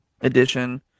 Edition